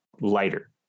lighter